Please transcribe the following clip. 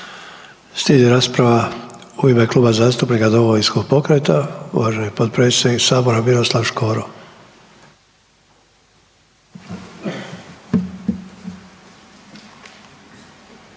Slijedi rasprava u ime Kluba zastupnika Domovinskog pokreta. Uvaženi potpredsjednik Sabora Miroslav Škoro.